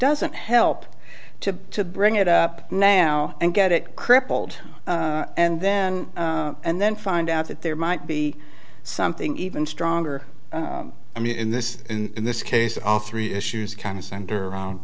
doesn't help to bring it up now and get it crippled and then and then find out that there might be something even stronger i mean in this in this case all three issues kind of center